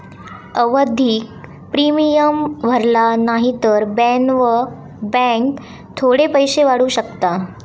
आवधिक प्रिमियम भरला न्हाई तर बॅन्क थोडे पैशे वाढवू शकता